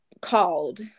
called